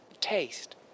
Taste